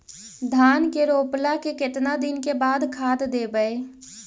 धान के रोपला के केतना दिन के बाद खाद देबै?